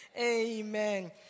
Amen